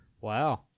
Wow